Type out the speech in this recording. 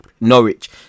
Norwich